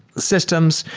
systems,